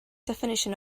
definition